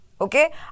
okay